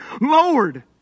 Lord